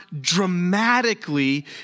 dramatically